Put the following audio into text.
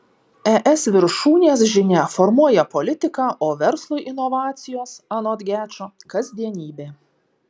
es viršūnės žinia formuoja politiką o verslui inovacijos anot gečo kasdienybė